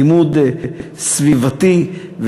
לימוד סביבתי.